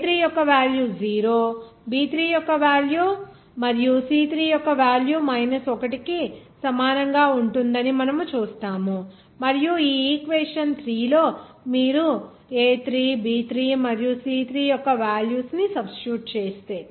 a3 యొక్క value 0 b3 యొక్క value మరియు c3 యొక్క వేల్యూ 1 కు సమానంగా ఉంటుందని మనము చూస్తాము మరియు ఈ ఈక్వేషన్ 3 లో మీరు a3 b3 మరియు c3 యొక్క వాల్యూస్ ను సబ్స్టిట్యూట్ చేస్తే